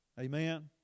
amen